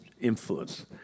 influence